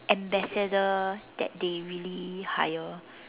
ambassador that they really hire